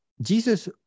Jesus